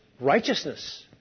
righteousness